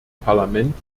parlament